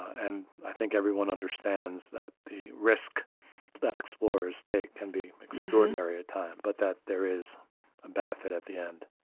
and i think everyone understands that the risk that explorers take can be extraordinary at time, but that there is a benefit at the end.